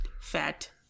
fat